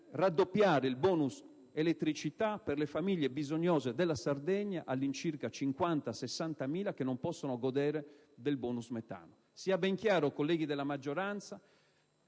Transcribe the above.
raddoppiare il *bonus* elettricità per le famiglie bisognose della Sardegna (all'incirca 50.000-60.000) che non possono godere del *bonus* metano. Sia ben chiaro, colleghi della maggioranza,